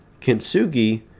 Kintsugi